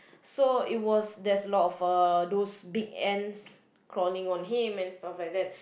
so it was there's a lot of uh those big ants crawling on him and stuff like that